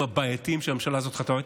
הבעייתיים שהממשלה הזאת חתמה.